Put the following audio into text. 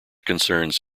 concerns